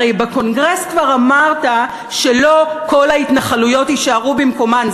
הרי בקונגרס כבר אמרת שלא כל ההתנחלויות יישארו במקומן.